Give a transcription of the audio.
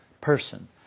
person